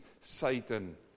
Satan